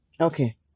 Okay